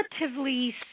relatively